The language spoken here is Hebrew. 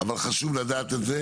חשוב לדעת את זה.